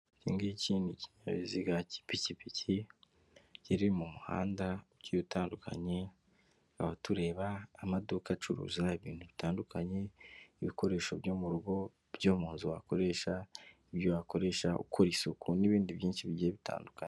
Iki ngiki ni kinyabiziga cy'ipikipiki, kiri mu muhanda ugiye utandukanye, tukaba tureba amaduka acuruza ibintu bitandukanye, ibikoresho byo mu rugo, byo mu nzu wakoresha, ibyo wakoresha ukora isuku n'ibindi byinshi bigiye bitandukanye.